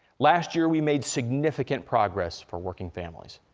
last year we made significant progress for working families.